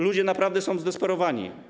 Ludzie naprawdę są zdesperowani.